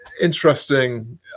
interesting